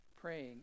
Praying